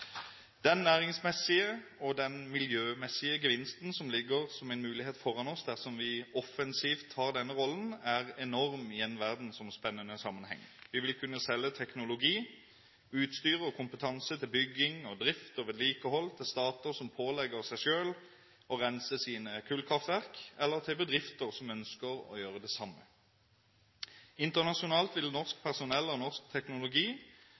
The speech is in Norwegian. Den næringsmessige og miljømessige gevinsten som ligger som en mulighet foran oss dersom vi offensivt tar denne rollen, er enorm i en verdensomspennende sammenheng. Vi vil kunne selge teknologi, utstyr og kompetanse til bygging, drift og vedlikehold til stater som pålegger seg selv å rense sine kullkraftverk, eller til bedrifter som ønsker å gjøre det samme. Internasjonalt vil norsk personell og norsk teknologi